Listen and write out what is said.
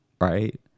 right